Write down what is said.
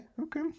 okay